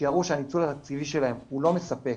שיראו שהניצול התקציבי שלהן לא מספק